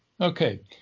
okay